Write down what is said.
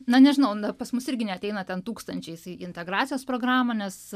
na nežinau pas mus irgi neateina ten tūkstančiais į integracijos programą nes